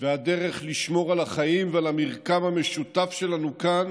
והדרך לשמור על החיים ועל המרקם המשותף שלנו כאן